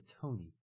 Tony